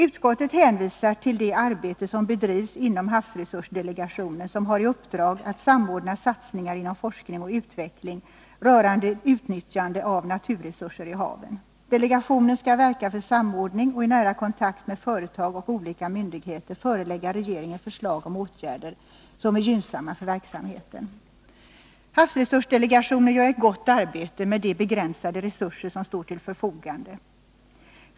Utskottet hänvisar till det arbete som bedrivs inom havsresursdelegationen, som har i uppdrag att samordna satsningar inom forskning och utveckling rörande utnyttjande av naturresurser i haven. Delegationen skall verka för samordning och i nära kontakt med företag och olika myndigheter Nr 153 förelägga regeringen förslag om åtgärder som är gynnsamma för verksamheten. Havsresursdelegationen gör ett gott arbete med de begränsade resurser som står till förfogande.